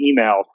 email